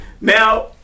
Now